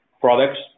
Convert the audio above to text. products